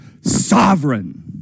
sovereign